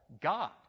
God